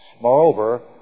Moreover